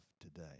today